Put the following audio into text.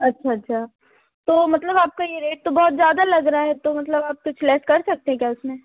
अच्छा अच्छा तो मतलब आपका ये रेट तो बहुत ज्यादा लग रहा है तो मतलब आप कुछ लेस कर सकते हैं क्या उसमें